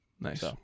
Nice